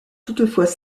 toutefois